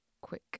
quick